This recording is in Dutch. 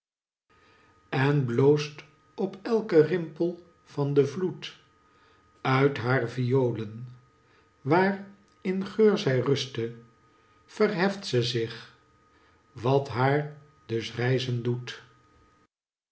en bloost op elken rimpel van den vloed uit haar violen waar in geur zij rustte verheft ze zich wat haar dus rijzen doet